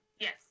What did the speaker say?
Yes